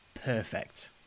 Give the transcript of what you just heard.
Perfect